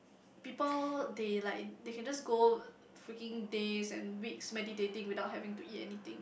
people they like they can just go freaking days and week meditating without having to eat anything